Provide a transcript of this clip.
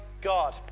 God